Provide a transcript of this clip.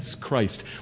Christ